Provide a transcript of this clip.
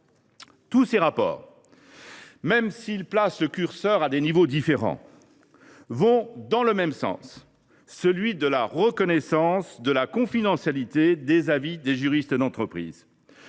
Tous ces rapports, s’ils ne placent pas le curseur au même endroit, vont dans le même sens, celui de la reconnaissance de la confidentialité des avis des juristes d’entreprise.